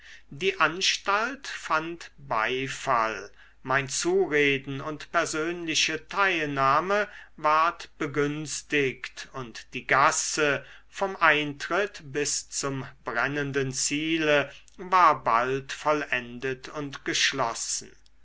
die anstalt fand beifall mein zureden und persönliche teilnahme ward begünstigt und die gasse vom eintritt bis zum brennenden ziele war bald vollendet und geschlossen